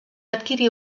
adquirir